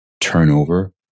turnover